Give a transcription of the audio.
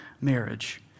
marriage